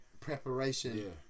preparation